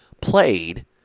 played